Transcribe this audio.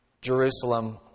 Jerusalem